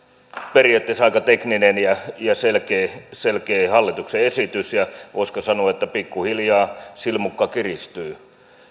periaatteessa aika tekninen ja ja selkeä selkeä hallituksen esitys ja voisiko sanoa pikkuhiljaa silmukka kiristyy